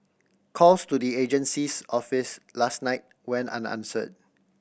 calls to the agency's office last night went unanswered